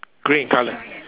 grey in colour